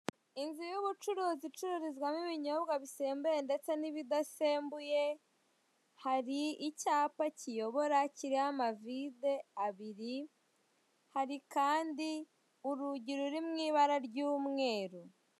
Inzu y'ubucuruzi ucururizwamo ibinyobwa bisembuye ndetse n'ibidasembuye, hari icyapa kiyobora kiriho amavide abiri, hari kandi urugi ruri mu ibara ry'umweru.